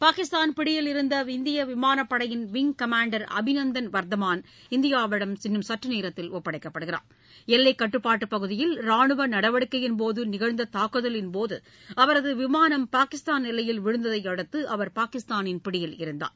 பாகிஸ்தான் பிடியில் இருந்த இந்திய விமானப்படையின் விங்க் கமாண்டர் அபிநந்தன் வர்தமான் இந்தியாவிடம் இன்னும் சற்றுநோத்தில் ஒப்படைக்கப்படுகிறார் எல்லைக்கட்டுப்பாட்டு பகுதியில் ராணுவ நடவடிக்கையின்போது நிகழ்ந்த தாக்குதலின்போது அவரது விமானம் பாகிஸ்தான் எல்லையில் விழுந்ததையடுத்து அவர் பாகிஸ்தானின் பிடியில் இருந்தார்